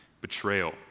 Betrayal